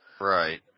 Right